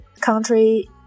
country